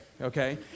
okay